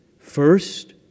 first